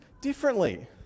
differently